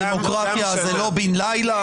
השנה לאילנות.